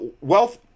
wealth